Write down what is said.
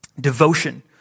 Devotion